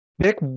pick